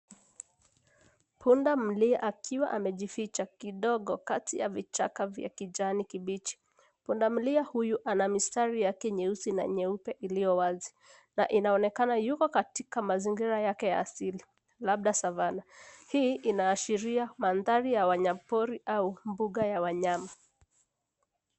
Pundamilia akiwa amejificha kidogo kati ya vichaka vya kijani kibichi . Pundamilia huyu ana milia yake nyeusi na nyeupe iliyo wazi na inaonekana yuko katika mazingira yake ya asili, labda savana. Hii inaashiria mandhari ya wanyamapori au mbuga ya wanyama.